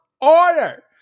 Order